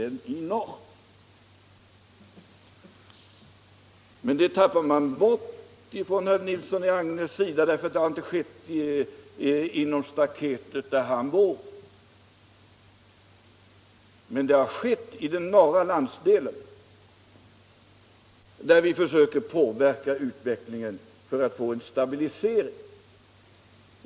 Herr Nilsson i Agnäs har glömt detta förhållande eftersom det inte har skett innanför staketet där han bor. Satsningen har emellertid skett i den norra landsdelen, där vi försöker påverka utvecklingen för att få en stabilisering.